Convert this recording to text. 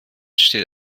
steht